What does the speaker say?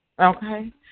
Okay